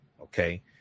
okay